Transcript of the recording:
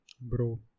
Bro